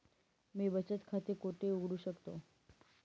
मी बचत खाते कोठे उघडू शकतो?